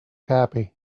happy